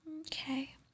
Okay